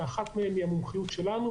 שאחת מהן היא המומחיות שלנו,